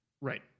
right